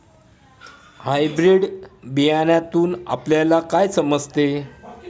Hybrid बियाण्यातून आपल्याला काय समजते?